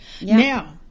Now